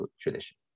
tradition